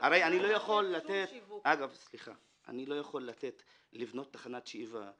אני לא יכול לתת לבנות תחנת שאיבה,